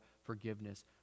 forgiveness